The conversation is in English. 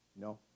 No